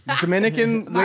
Dominican